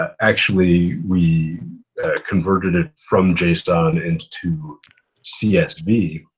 actually, we converted it from json into csv,